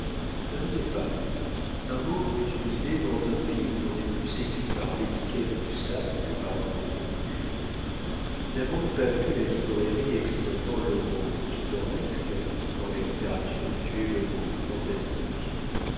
ne riez pas un mot vaut une idée dans un pays où l'on est plus séduit par l'étiquette du sac que par le contenu n'avons-nous pas vu la librairie exploitant le mot pittoresque quand la littérature eut tué le mot fantastique